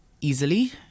easily